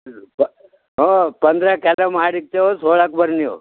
ಹ್ಞೂಂ ಬ ಹ್ಞೂಂ ಪಂದ್ರಕ್ಕೆ ಎಲ್ಲ ಮಾಡಿ ಇಕ್ತೇವೆ ಸೋಲಾಕ್ಕೆ ಬರ್ರಿ ನೀವು